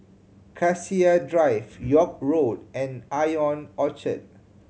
Cassia Drive York Road and Ion Orchard